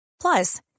Plus